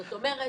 זאת אומרת